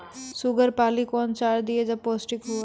Sugar पाली कौन चार दिय जब पोस्टिक हुआ?